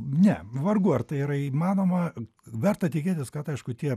ne vargu ar tai yra įmanoma verta tikėtis kad aišku tie